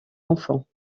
enfants